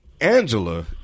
Angela